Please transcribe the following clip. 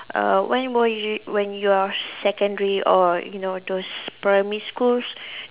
uh when were you when you're secondary or you know those primary schools